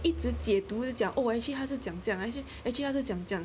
一直解读就讲 oh actually 他是讲这样 actually 他是讲这样